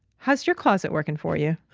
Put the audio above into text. how's your closet working for you?